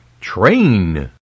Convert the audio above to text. Train